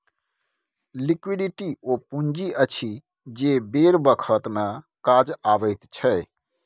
liquidity ओ पुंजी अछि जे बेर बखत मे काज अबैत छै